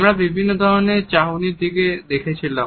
আমরা বিভিন্ন ধরনের চাহনির দিকে দেখেছিলাম